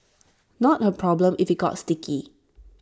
not her problem if IT got sticky